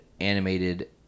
animated